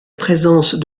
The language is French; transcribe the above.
présence